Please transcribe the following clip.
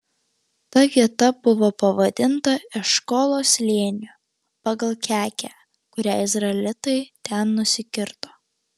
ta vieta buvo pavadinta eškolo slėniu pagal kekę kurią izraelitai ten nusikirto